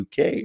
UK